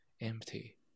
empty